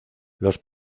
los